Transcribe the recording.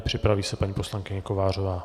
Připraví se paní poslankyně Kovářová.